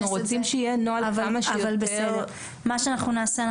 אנחנו רוצים שיהיה נוהל כמה שיותר --- מה שאנחנו נעשה,